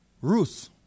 ruth